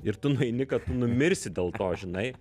ir tu nueini kad tu numirsi dėl to žinai